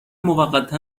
موقتا